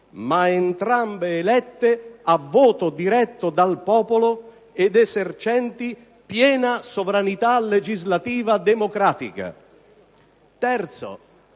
ma entrambe elette a voto diretto dal popolo ed esercenti piena sovranità legislativa democratica; terzo,